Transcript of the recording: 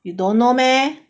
you don't know meh